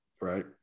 Right